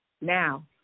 Now